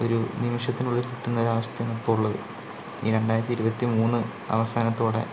ഒരു നിമിഷത്തിനുള്ളിൽ കിട്ടുന്ന ഒരവസ്ഥയാണ് ഇപ്പോൾ ഉള്ളത് ഈ രണ്ടായിരത്തി ഇരുപത്തി മൂന്ന് അവസാനത്തോടെ